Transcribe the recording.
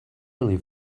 really